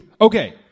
Okay